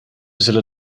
zullen